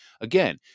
again